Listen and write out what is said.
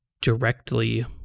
directly